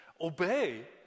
obey